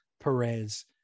Perez